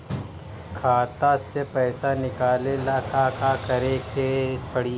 खाता से पैसा निकाले ला का का करे के पड़ी?